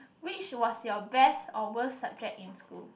which was your best or worst subject in school